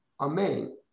Amen